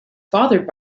fathered